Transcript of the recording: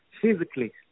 physically